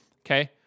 Okay